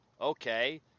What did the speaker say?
okay